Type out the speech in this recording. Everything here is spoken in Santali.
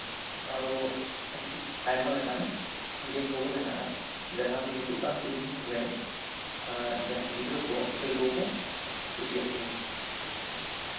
ᱟᱨᱚ ᱟᱹᱰᱤ ᱟᱭᱢᱟ ᱞᱮᱠᱟᱱ ᱜᱮᱢ ᱠᱚᱜᱮ ᱢᱮᱱᱟᱜᱼᱟ ᱡᱟᱦᱟᱸ ᱫᱚ ᱱᱤᱛᱚᱜ ᱟᱱ ᱫᱤᱱᱨᱮ ᱜᱤᱫᱽᱨᱟᱹ ᱠᱚ ᱠᱷᱮᱞ ᱠᱚᱠᱚ ᱠᱩᱥᱤᱭᱟᱜ ᱜᱮᱭᱟ